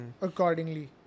accordingly